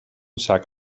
sac